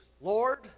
Lord